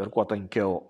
ir kuo tankiau